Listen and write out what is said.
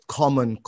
common